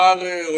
מתי, מחר?